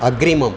अग्रिमम्